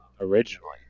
originally